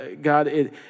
God